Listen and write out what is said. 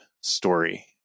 story